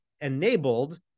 enabled